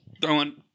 throwing